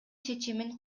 чечимин